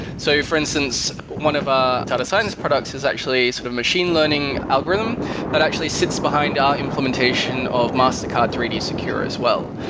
so, for instance, one of our data science products is actually sort of machine learning algorithm that actually sits behind our implementation of mastercard three d secure as well.